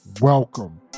Welcome